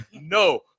No